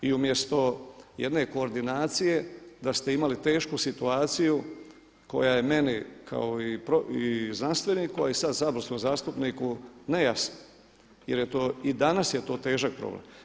I umjesto jedne koordinacije da ste imali tešku situaciju koja je meni kao i znanstveniku, a i sad saborskom zastupniku nejasna jer je to i danas težak problem.